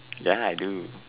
ya lah I do